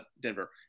Denver –